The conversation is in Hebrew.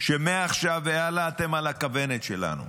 שמעכשיו והלאה אתם על הכוונת שלנו.